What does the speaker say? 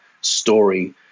story